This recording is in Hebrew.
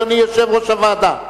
אדוני יושב-ראש הוועדה?